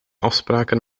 afspraken